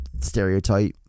stereotype